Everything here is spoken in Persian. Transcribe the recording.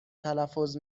تلفظ